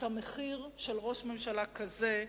את המחיר של ראש ממשלה כזה,